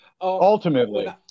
Ultimately